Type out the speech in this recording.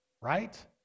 right